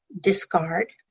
discard